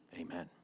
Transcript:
amen